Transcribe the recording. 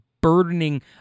burdening